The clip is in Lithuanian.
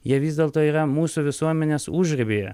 jie vis dėlto yra mūsų visuomenės užribyje